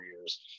years